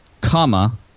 comma